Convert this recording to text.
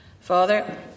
father